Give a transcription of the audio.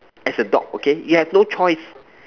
as a dog okay you have no choice